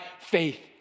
faith